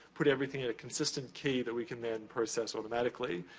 put everything in a consistent key that we can then process automatically.